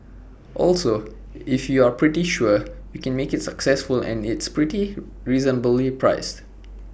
also if you're pretty sure you make IT successful and it's reasonably priced